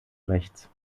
rechts